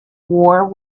war